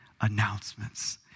announcements